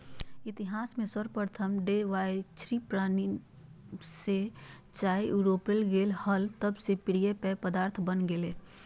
इतिहास में सर्वप्रथम डचव्यापारीचीन से चाययूरोपले गेले हल तब से प्रिय पेय पदार्थ बन गेलय